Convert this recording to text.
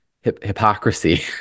hypocrisy